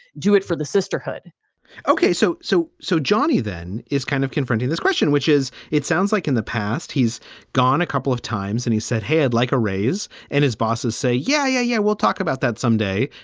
do it for the sisterhood ok, so so. so johnny then is kind of confronting this question, which is it sounds like in the past he's gone a couple of times and he said, hey, i'd like a raise. and his bosses say, yeah, yeah, yeah, we'll talk about that someday.